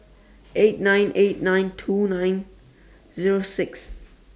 eight nine eight nine two nine Zero six